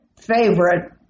favorite